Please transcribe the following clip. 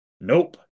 Nope